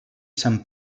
sant